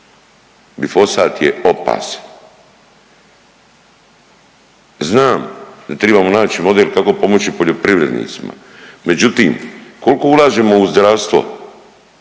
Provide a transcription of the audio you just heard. glifosat je opasan. Znam da tribamo naći model kako pomoći poljoprivrednicima, međutim kolko ulažemo u zdravstvo